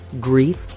grief